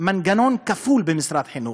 מנגנון כפול, במשרד החינוך,